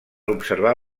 observar